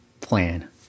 plan